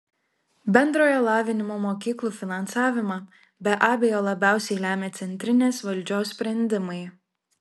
bendrojo lavinimo mokyklų finansavimą be abejo labiausiai lemia centrinės valdžios sprendimai